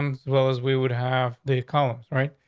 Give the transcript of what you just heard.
um, so? well, as we would have these columns, right?